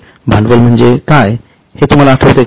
भांडवल म्हणजे काय हे तुम्हाला आठवते का